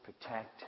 protect